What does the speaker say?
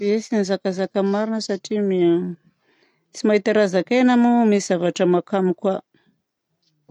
Tsy nizakazaka marina aho satria tsy mahita raha zakaina moa misy zavatra mahakamo koa.